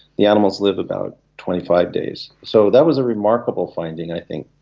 the animals live about twenty five days. so that was a remarkable finding i think.